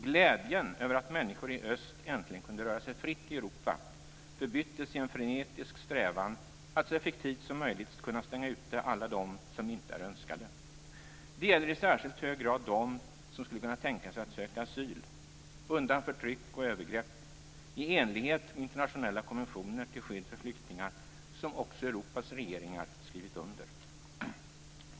Glädjen över att människor i öst äntligen kunde röra sig fritt i Europa förbyttes i en frenetisk strävan att så effektivt som möjligt kunna stänga ute alla dem som inte är önskade. Det gäller i särskilt hög grad dem som skulle kunna tänka sig att söka asyl undan förtryck och övergrepp i enlighet med internationella konventioner till skydd för flyktingar, som också Europas regeringar skrivit under.